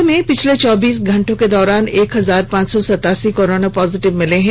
राज्य में पिछले चौबीस घंटे के दौरान एक हजार पांच सौ सतासी कोरोना पॉजिटिव मिले हैं